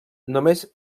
només